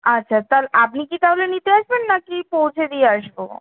আচ্ছা তার আপনি কি তাহলে নিতে আসবেন না কি পৌঁছে দিয়ে আসবো